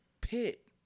pit